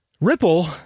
Ripple